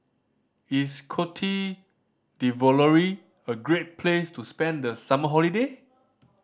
is Cote D'Ivoire a great place to spend the summer holiday